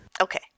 Okay